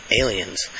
aliens